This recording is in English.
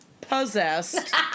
Possessed